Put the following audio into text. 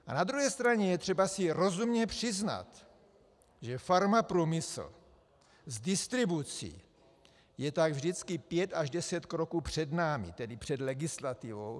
A na druhé straně je třeba si rozumně přiznat, že farmaprůmysl s distribucí je tak vždycky pět až deset kroků před námi, tedy před legislativou.